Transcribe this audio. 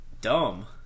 Dumb